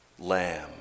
Lamb